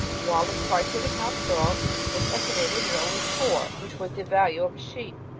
while the price of the house-dog was estimated at only four, which was the value of a sheep.